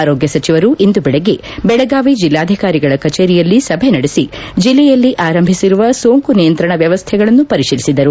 ಆರೋಗ್ಯ ಸಚಿವರು ಇಂದು ಬೆಳಗ್ಗೆ ಬೆಳಗಾವಿ ಜಿಲ್ಲಾಧಿಕಾರಿಗಳ ಕಚೇರಿಯಲ್ಲಿ ಸಭೆ ನಡೆಸಿ ಜಿಲ್ಲೆಯಲ್ಲಿ ಆರಂಭಿಸಿರುವ ಸೋಂಕು ನಿಯಂತ್ರಣ ವ್ಯವಸ್ಥೆಗಳನ್ನು ಪರಿಶೀಲಿಸಿದರು